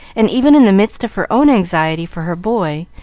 and even in the midst of her own anxiety for her boy,